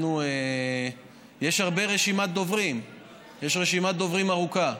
יש רשימת דוברים ארוכה.